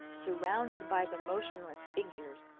surrounded by the motionless figures,